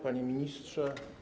Panie Ministrze!